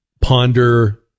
ponder